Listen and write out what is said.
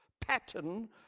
pattern